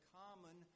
common